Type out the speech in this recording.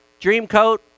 Dreamcoat